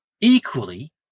equally